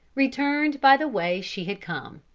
returned by the way she had come.